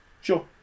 Sure